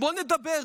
בואו נדבר.